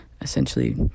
essentially